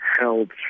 held